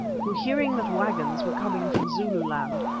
who, hearing that wagons were coming from zululand,